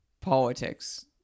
politics